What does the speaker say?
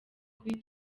kuri